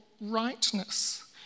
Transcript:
rightness